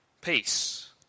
Peace